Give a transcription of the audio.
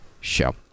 show